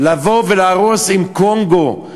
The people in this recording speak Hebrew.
לבוא ולהרוס עם קונגו,